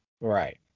Right